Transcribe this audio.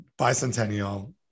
bicentennial